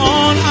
on